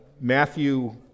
Matthew